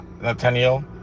Nathaniel